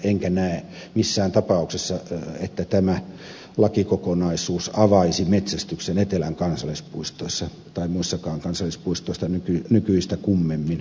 enkä näe missään tapauksessa että tämä lakikokonaisuus avaisi metsästyksen etelän kansallispuistoissa tai muissakaan kansallispuistoissa nykyistä kummemmin